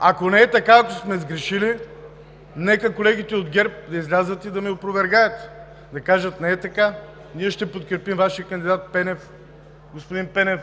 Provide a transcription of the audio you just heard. Ако не е така и сме сгрешили, нека колегите от ГЕРБ да излязат и да ме опровергаят, да кажат: не е така, ние ще подкрепим Вашия кандидат – господин Пенев,